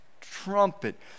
trumpet